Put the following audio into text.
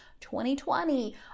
2020